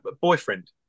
boyfriend